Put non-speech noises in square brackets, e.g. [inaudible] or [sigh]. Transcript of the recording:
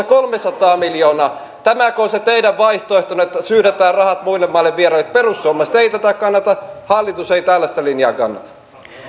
[unintelligible] kolmesataa miljoonaa tämäkö on se teidän vaihtoehtonne että syydetään rahat muille maille vierahille perussuomalaiset ei tätä kannata hallitus ei tällaista linjaa kannata